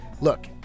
Look